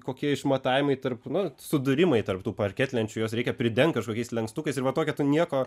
kokie išmatavimai tarp na sudūrimai tarp tų parketlenčių juos reikia pridengti kažkokiais lankstukais ir po tokio tu nieko